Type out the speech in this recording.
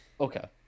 Okay